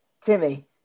Timmy